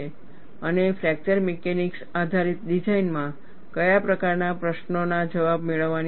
અને fracture mechanics આધારિત ડિઝાઇનમાં કયા પ્રકારના પ્રશ્નોના જવાબો મેળવવાની જરૂર છે